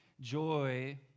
joy